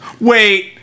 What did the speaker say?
Wait